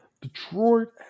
Detroit